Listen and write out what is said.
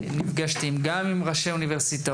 נפגשתי גם עם ראשי האוניברסיטאות.